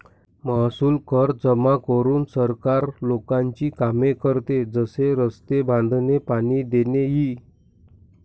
महसूल कर जमा करून सरकार लोकांची कामे करते, जसे रस्ते बांधणे, पाणी देणे इ